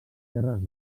terres